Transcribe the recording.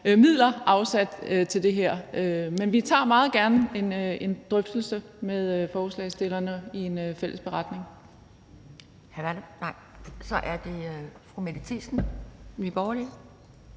midler afsat til det her. Men vi tager meget gerne en drøftelse med forslagsstillerne om en fælles beretning. Kl. 11:35 Anden næstformand